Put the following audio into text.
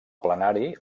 plenari